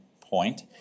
point –